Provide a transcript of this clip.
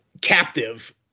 captive